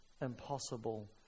impossible